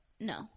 no